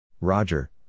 Roger